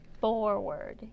forward